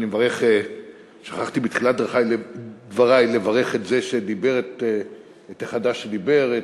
שכחתי בתחילת דברי לברך את החדש שדיבר,